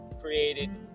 created